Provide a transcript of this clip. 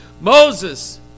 Moses